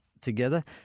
together